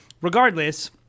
regardless